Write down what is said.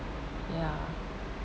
yeah